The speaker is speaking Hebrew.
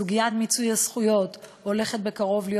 סוגיית מיצוי הזכויות הולכת בקרוב להיות,